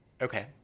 Okay